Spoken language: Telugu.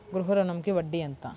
గృహ ఋణంకి వడ్డీ ఎంత?